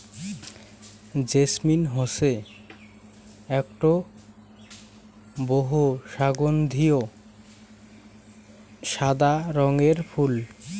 jasmine হসে আকটো বহু সগন্ধিও সাদা রঙের ফুল